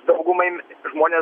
daugumai žmonės